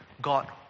God